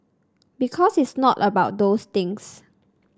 because it's not about those things